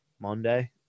Monday